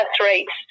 rates